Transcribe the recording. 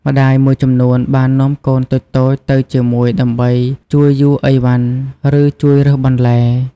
ម្ដាយមួយចំនួនបាននាំកូនតូចៗទៅជាមួយដើម្បីជួយយួរអីវ៉ាន់ ឬជួយរើសបន្លែ។